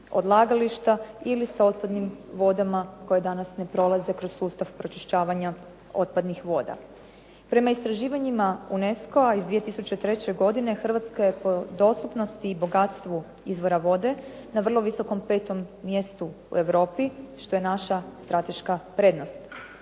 se ne razumije./... vodama koje danas ne prolaze kroz sustav pročišćavanja otpadnih voda. Prema istraživanjima UNESCO-a iz 2003. godine Hrvatska je po dostupnosti i bogatstvu izvora vode na vrlo visokom petom mjestu u Europi što je naša strateška prednost.